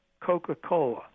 Coca-Cola